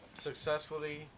successfully